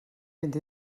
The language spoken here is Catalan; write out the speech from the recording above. vint